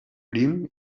prim